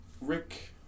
Rick